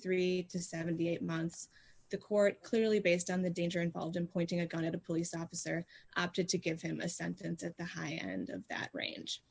three to seventy eight months the court clearly based on the danger involved in pointing a gun at a police officer opted to give him a sentence at the high end of that range